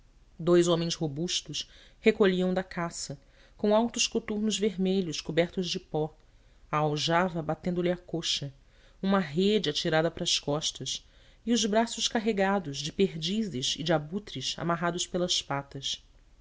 dous homens robustos recolhiam da caça com altos coturnos vermelhos cobertos de pó a aljava batendo lhes a coxa uma rede atirada para as costas e os braços carregados de perdizes e de abutres amarrados pelas patas